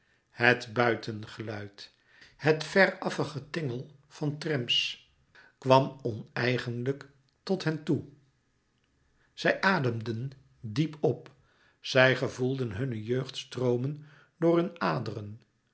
het buitengeluid het veraffe getingel van trams kwam oneigenlijk tot hen toe zij ademden diep op zij gevoelden hunne jeugd stroomen door hun aderen